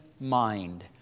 mind